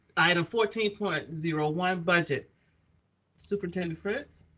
item fourteen point zero one budget superintendent fritz.